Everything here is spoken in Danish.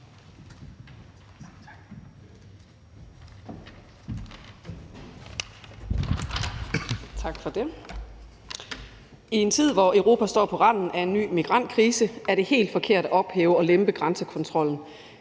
Tak for det. I en tid, hvor Europa står på randen af en ny migrantkrise, er det helt forkert at ophæve og lempe grænsekontrollen.